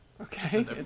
Okay